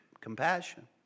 compassion